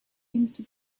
into